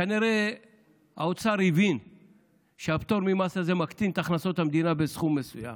כנראה האוצר הבין שהפטור ממס הזה מקטין את הכנסות המדינה בסכום מסוים.